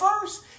first